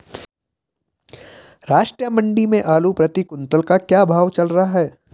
राष्ट्रीय मंडी में आलू प्रति कुन्तल का क्या भाव चल रहा है?